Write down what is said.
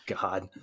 God